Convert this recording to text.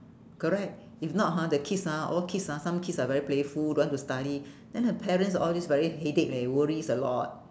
correct if not hor the kids ah all kids ah some kids are very playful don't want to study then the parents ah all these very headache leh will worries a lot